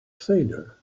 failure